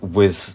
with